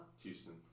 Houston